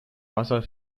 wasser